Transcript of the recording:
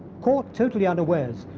caught totally unawares,